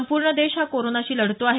संपूर्ण देश हा कोरोनाशी लढतो आहे